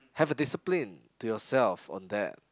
have a discipline to yourself on that